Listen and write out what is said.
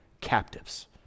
captives